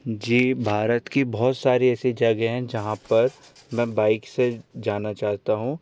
जी भारत की बहुत सारी ऐसी जगह है जहाँ पर मतलब बाइक से जाना चाहता हूँ